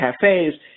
cafes